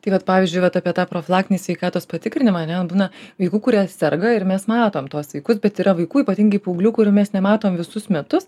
tai vat pavyzdžiui vat apie tą profilaktinį sveikatos patikrinimą ane būna vaikų kurie serga ir mes matom tuos vaikus bet yra vaikų ypatingai paauglių kurių mes nematom visus metus